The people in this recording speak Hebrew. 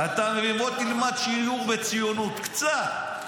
בוא תלמד שיעור בציונות, קצת,